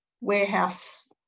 warehouse